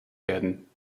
werden